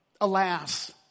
alas